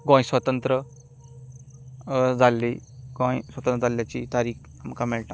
गोंय स्वतंत्र जाल्लें गोंय स्वतंत्र जाल्ल्याची तारीक आमकां मेळटा